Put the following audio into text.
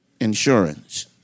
insurance